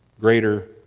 greater